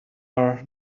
are